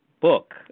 book